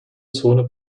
zone